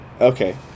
Okay